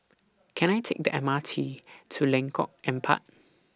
Can I Take The M R T to Lengkok Empat